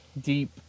deep